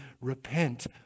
repent